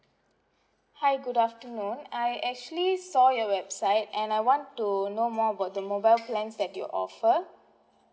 hi good afternoon I actually saw your website and I want to know more about the mobile plans that you offer